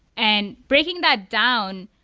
and breaking that down,